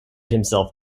himself